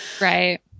right